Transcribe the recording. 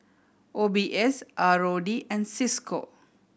O B S R O D and Cisco